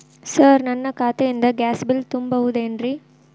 Sir ನನ್ನ ಖಾತೆಯಿಂದ gas bill ತುಂಬಹುದೇನ್ರಿ?